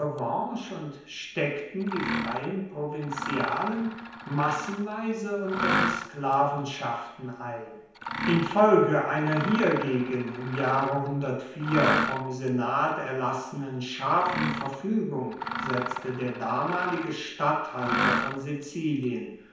und steckten die freien provinzialen massenweise unter die sklavenschaften ein infolge einer hiergegen im jahre vom senat erlassenen scharfen verfügung setzte der damalige statthalter von sizilien